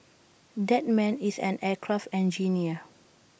that man is an aircraft engineer